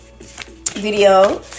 video